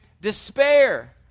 despair